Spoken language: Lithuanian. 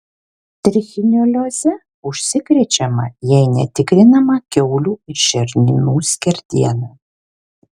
trichinelioze užsikrečiama jei netikrinama kiaulių ir šernų skerdiena